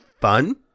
fun